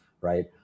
right